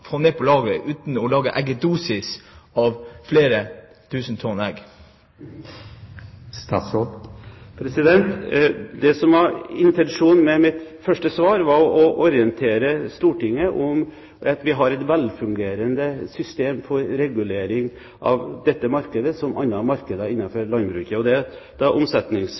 få ned lageret uten å lage eggedosis av flere tusen tonn egg? Det som var intensjonen med mitt første svar, var å orientere Stortinget om at vi har et velfungerende system for regulering av dette markedet som av andre markeder innenfor landbruket. Det er